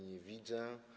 Nie widzę.